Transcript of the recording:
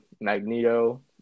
Magneto